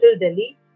Delhi